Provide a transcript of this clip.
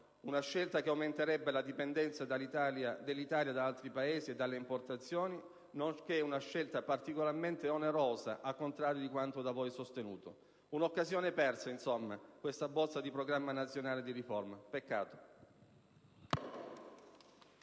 una scelta che aumenterebbe la dipendenza dell'Italia da altri Paesi e dalle importazioni, nonché una scelta particolarmente onerosa, al contrario di quanto da voi sostenuto. Un'occasione persa, insomma, questa bozza di Programma nazionale di riforma. Peccato!